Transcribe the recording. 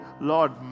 Lord